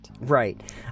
right